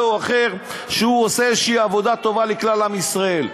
או אחר שהוא עושה איזו עבודה טובה לכלל עם ישראל.